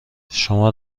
شما